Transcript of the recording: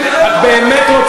לא שמות של המולדת,